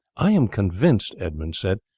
i am convinced, edmund said,